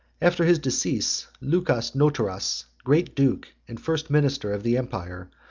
after his decease, lucas notaras, great duke, and first minister of the empire,